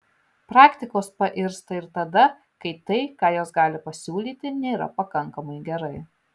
praktikos pairsta ir tada kai tai ką jos gali pasiūlyti nėra pakankamai gerai